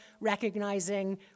Recognizing